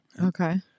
Okay